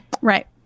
Right